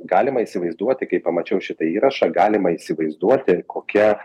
galima įsivaizduoti kai pamačiau šitą įrašą galima įsivaizduoti kokia